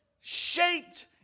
shaped